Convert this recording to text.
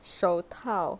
手套